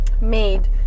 made